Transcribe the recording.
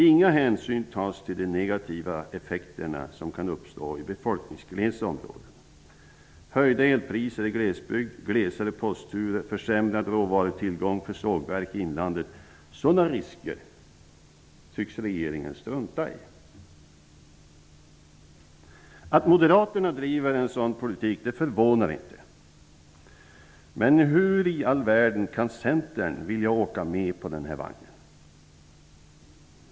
Inga hänsyn tas till de negativa effekter som kan uppstå i befolkningsglesa områden, som höjda elpriser i glesbygd, glesare postturer och försämrad råvarutillgång för sågverk i inlandet. Sådana risker tycks regeringen strunta i. Att moderaterna driver en sådan politik förvånar inte. Men hur i all världen kan Centern vilja åka med på den vagnen?